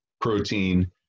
protein